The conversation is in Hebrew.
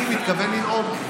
אני מתכוון לנאום,